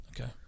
Okay